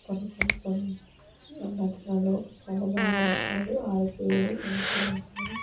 తను కొంచెం నటనలో చాలా బాగుంటాడు ఆరి తేరి ఉంటూ ఉంటాడు